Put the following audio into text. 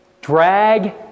Drag